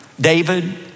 David